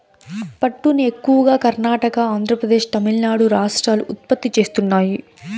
పట్టును ఎక్కువగా కర్ణాటక, ఆంద్రప్రదేశ్, తమిళనాడు రాష్ట్రాలు ఉత్పత్తి చేస్తున్నాయి